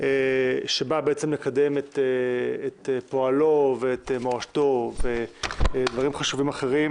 שבא לקדם את פועלו ואת מורשתו ודברים חשובים אחרים